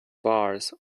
bars